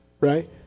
right